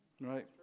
Right